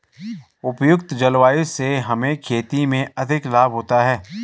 उपयुक्त जलवायु से हमें खेती में अधिक लाभ होता है